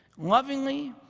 lovingly,